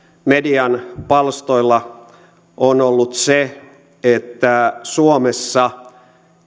median palstoilla on ollut se että suomessa